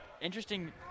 Interesting